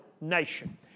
nation